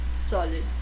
Solid